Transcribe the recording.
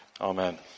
Amen